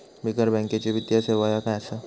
बिगर बँकेची वित्तीय सेवा ह्या काय असा?